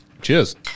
Cheers